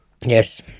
Yes